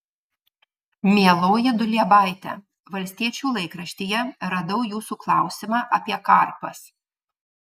mieloji duliebaite valstiečių laikraštyje radau jūsų klausimą apie karpas